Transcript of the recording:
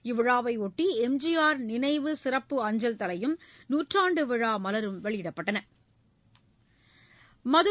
இவ்விழாவையொட்டி எம்ஜிஆர் நினைவு சிறப்பு அஞ்சல் தலையும் நூற்றாண்டு விழா மலரும் வெளியிடப்பட்டது